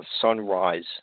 sunrise